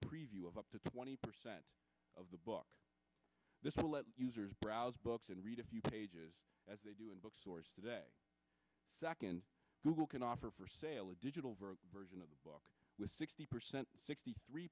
preview of up to twenty percent of the book this will let users browse books and read a few pages as they do in bookstores today second google can offer for sale a digital version of the book with sixty percent sixty three